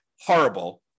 horrible